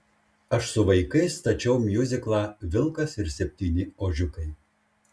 aš su vaikais stačiau miuziklą vilkas ir septyni ožiukai